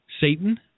Satan